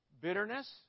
Bitterness